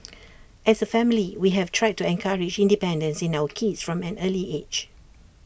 as A family we have tried to encourage independence in our kids from an early age